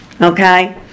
Okay